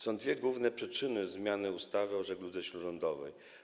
Są dwie główne przyczyny zmiany ustawy o żegludze śródlądowej.